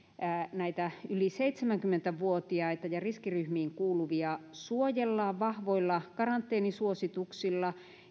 näitä yli seitsemänkymmentä vuotiaita ja riskiryhmiin kuuluvia suojellaan vahvoilla karanteenisuosituksilla